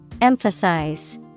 Emphasize